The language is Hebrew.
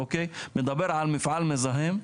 אוקי, נדבר על מפעל מזהם,